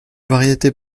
variété